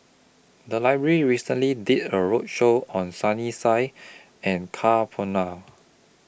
The Library recently did A roadshow on Sunny Sia and Ka Perumal